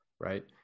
Right